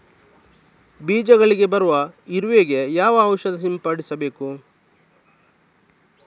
ಬೀಜಗಳಿಗೆ ಬರುವ ಇರುವೆ ಗೆ ಯಾವ ಔಷಧ ಸಿಂಪಡಿಸಬೇಕು?